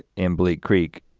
in bleak creek,